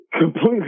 completely